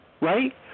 Right